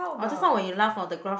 oh just now when you laugh oh the graph